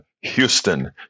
Houston